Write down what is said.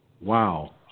Wow